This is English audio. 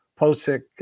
Posick